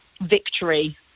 victory